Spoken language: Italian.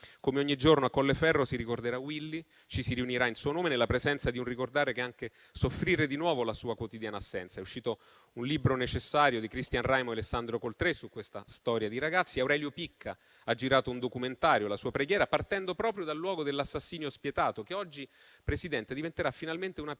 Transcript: come ogni giorno, a Colleferro si ricorderà Willy, ci si riunirà in suo nome, con una presenza nel ricordare che è anche soffrire di nuovo la sua quotidiana assenza. È uscito un libro necessario di Christian Raimo e Alessandro Coltré su questa storia di ragazzi. Aurelio Picca ha girato un documentario, «Preghiera per Willy», partendo proprio dal luogo dell’assassinio spietato che oggi, Presidente, diventerà finalmente una piazza,